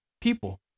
people